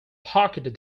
pocketed